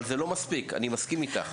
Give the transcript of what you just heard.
אבל זה לא מספיק, אני מסכים איתך.